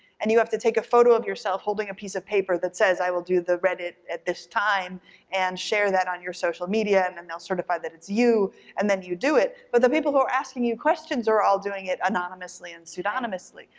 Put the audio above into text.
and you have to take a photo of yourself holding a piece of paper that says i will do the reddit at this time and share that on your social media and and they'll certify that you and then you do it, but the people who are asking you questions are all doing it anonymously and pseudonymously,